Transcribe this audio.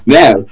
now